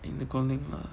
in the calling lah